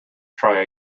try